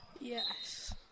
Yes